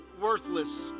worthless